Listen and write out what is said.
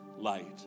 light